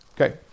Okay